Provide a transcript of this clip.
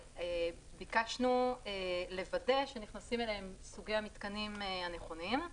ביקשנו לוודא שנכנסים אליהם סוגי המתקנים הנכונים,